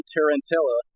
Tarantella